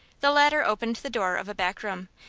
the latter opened the door of a back room,